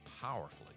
powerfully